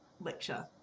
lecture